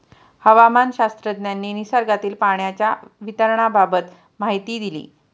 हवामानशास्त्रज्ञांनी निसर्गातील पाण्याच्या वितरणाबाबत माहिती दिली